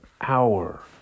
hour